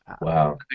Wow